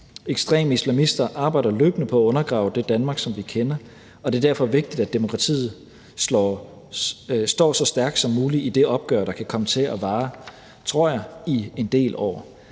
Ekstreme islamister arbejder løbende på at undergrave det Danmark, som vi kender, og det er derfor vigtigt, at demokratiet står så stærkt som muligt i det opgør, der kan komme til at vare, tror jeg, i en del år.